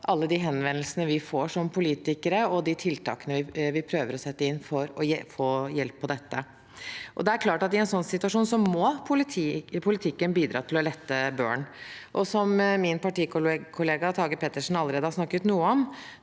alle de henvendelsene vi som politikere får, og de tiltakene vi prøver å sette inn for å hjelpe i dette. I en slik situasjon er det klart at politikken må bidra til å lette børen. Som min partikollega Tage Pettersen allerede har snakket noe om,